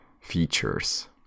features